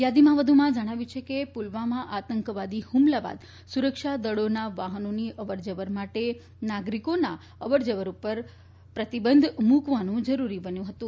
યાદીમાં વધુમાં જણાવ્યું હતું કે પુલવામાં આતંકવાદી હુમલા બાદ સુરક્ષા દળોના વાહનોની અવરજવર માટે નાગરિકના અવરજવર પ્રતિબંધ યૂકવાનું જરૂરી બન્યું હતું